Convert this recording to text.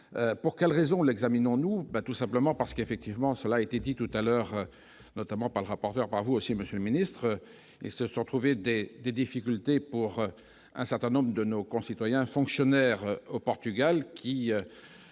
pour quelle raison l'examinons nous bah tout simplement parce qu'effectivement cela était dit tout à l'heure, notamment par le rapporteur par vous aussi, monsieur le ministre, et se sont trouvées des difficultés pour un certain nombre de nos concitoyens, fonctionnaire au Portugal qui